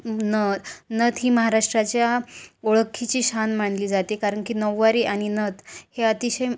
नथ नथ ही महाराष्ट्राच्या ओळखीची शान मानली जाते कारणकी नऊवारी आणि नथ हे अतिशय